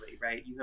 Right